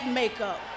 makeup